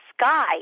sky